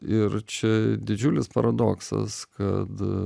ir čia didžiulis paradoksas kad